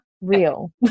real